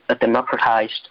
democratized